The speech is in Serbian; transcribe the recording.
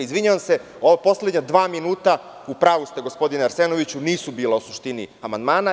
Izvinjavam se, ova poslednja dva minuta, u pravu ste, gospodine Arsenoviću, nisu bila o suštini amandmana.